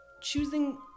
choosing